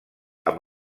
amb